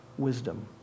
wisdom